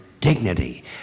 dignity